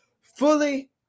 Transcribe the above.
fully